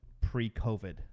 pre-COVID